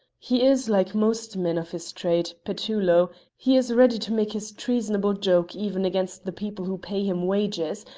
he is like most men of his trade, petullo he is ready to make his treasonable joke even against the people who pay him wages,